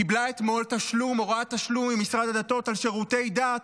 קיבלה אתמול הוראת תשלום ממשרד הדתות על שירותי דת